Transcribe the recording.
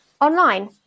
online